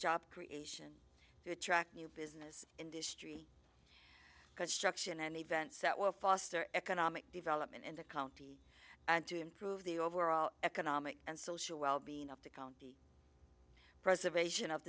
job creation to track new business industry because struction and events that will foster economic development in the county and to improve the overall economic and social well being of the county preservation of